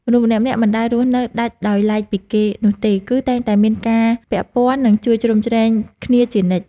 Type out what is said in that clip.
មនុស្សម្នាក់ៗមិនដែលរស់នៅដាច់ដោយឡែកពីគេនោះទេ គឺតែងតែមានការពាក់ព័ន្ធ និងជួយជ្រោមជ្រែងគ្នាជានិច្ច។